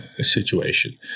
situation